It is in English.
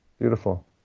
Beautiful